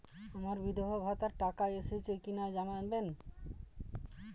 আমার বিধবাভাতার টাকা এসেছে কিনা জানাবেন?